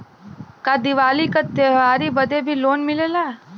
का दिवाली का त्योहारी बदे भी लोन मिलेला?